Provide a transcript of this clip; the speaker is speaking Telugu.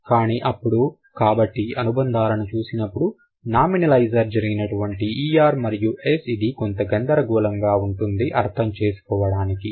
కానీ అప్పుడు కాబట్టి అనుబంధాలని చూసినప్పుడు నామినలైజర్ జరిగినటువంటి er మరియు s ఇది కొంత గందరగోళంగా ఉంటుంది అర్థం చేసుకోవడానికి